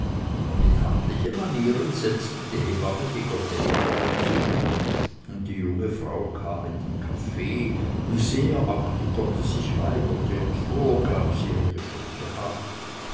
und mit handlichen manieren setzte die hebamme die gotte hinter den tisch und die junge frau kam mit dem kaffee wie sehr auch die gotte sich weigerte und vorgab sie hätte schon gehabt